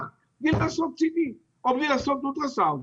בלי לעשות CT או בלי לעשות אולטרה-סאונד.